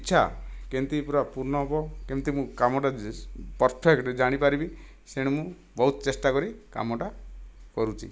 ଇଚ୍ଛା କେମିତି ପୁରା ପୂର୍ଣ୍ଣ ହେବ କେମିତି ମୁଁ କାମଟା ଯେ ପରଫେକ୍ଟ ଜାଣିପାରିବି ତେଣୁ ମୁଁ ବହୁତ ଚେଷ୍ଟା କରି କାମଟା କରୁଛି